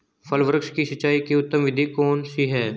फल वृक्ष की सिंचाई की उत्तम विधि कौन सी है?